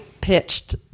pitched